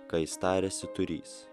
ką jis tariasi turys